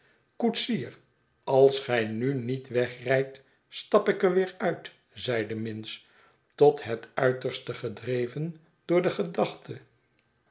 koetsier als gij nu niet wegrijdt stap ik er weer uit zeide minns tot het uiterste gedreven door de gedachte